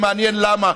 ומעניין למה,